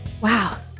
Wow